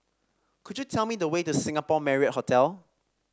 could you tell me the way to Singapore Marriott Hotel